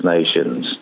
Nations